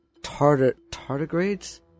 tardigrades